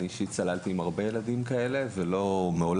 אני צללתי עם הרבה ילדים כאלה ומעולם